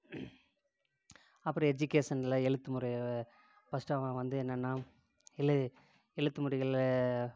அப்புறம் எஜிக்கேஷனில் எழுத்து முறை ஃபர்ஸ்ட்டு அவன் வந்து என்னன்னா எழுத்து முறைகளில்